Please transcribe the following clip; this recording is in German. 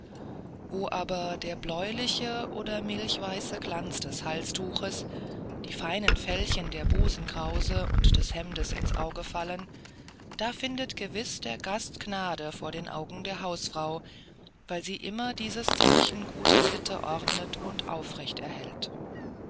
wo aber der bläuliche oder milchweiße glanz des halstuches die feinen fältchen der busenkrause und des hemdes ins auge fallen da findet gewiß der gast gnade vor den augen der hausfrau weil sie immer dieses zeichen guter sitte ordnet und aufrecht erhält